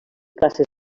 classes